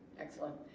excellent.